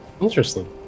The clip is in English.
Interesting